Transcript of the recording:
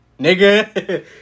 nigga